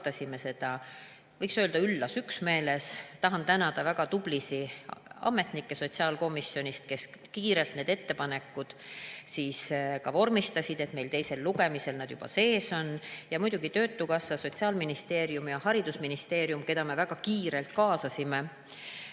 Me arutasime seda, võiks öelda, üllas üksmeeles. Tahan tänada väga tublisid ametnikke sotsiaalkomisjonist, kes kiirelt need ettepanekud ka ära vormistasid, et need meil teisel lugemisel juba sees on, ja muidugi töötukassat, Sotsiaalministeeriumi ja haridusministeeriumi, keda me väga kiirelt kaasasime.